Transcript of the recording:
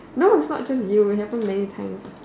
no it's not just you it happened many times